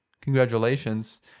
congratulations